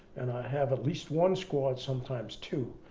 and i have at least one squad, sometimes two.